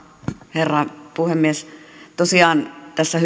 herra puhemies tosiaan tässä